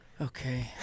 Okay